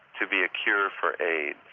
to be a cure for aids.